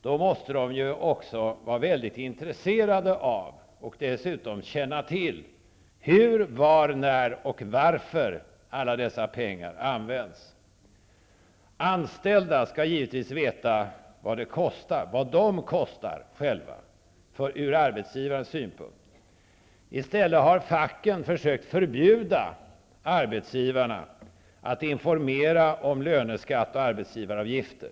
Då måste det ju också vara väligt intresserat av att dessutom känna till hur, var, när och varför alla dessa pengar används. Anställda skall givetvis veta vad de själva kostar ur arbetsgivarens synpunkt. I stället har facken försökt förbjuda arbetsgivarna att informera om löneskatt och arbetsgivaravgifter.